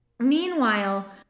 Meanwhile